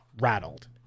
rattled